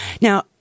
Now